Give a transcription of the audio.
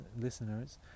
listeners